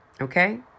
Okay